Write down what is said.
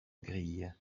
grille